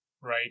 right